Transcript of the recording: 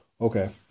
Okay